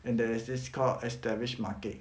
and there is this called establish market